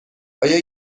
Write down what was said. آیا